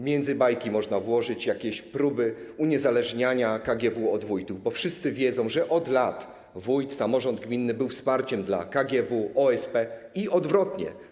Między bajki można włożyć próby uniezależniania KGW od wójtów, bo wszyscy wiedzą, że od lat wójt, samorząd gminny były wsparciem dla KGW, OSP i odwrotnie.